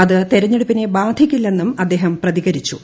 അത് തെരഞ്ഞെടുപ്പിനെ ബാധിക്കില്ലെന്നും അദ്ദേഹം പ്രതികരിച്ചു